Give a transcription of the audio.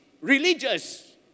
religious